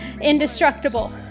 indestructible